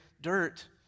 dirt